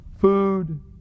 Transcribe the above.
food